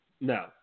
No